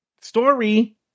story